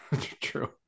true